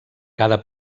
cada